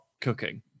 cooking